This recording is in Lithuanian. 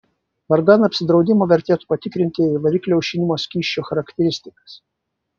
vardan apsidraudimo vertėtų patikrinti ir variklio aušinimo skysčio charakteristikas